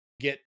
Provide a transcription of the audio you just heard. get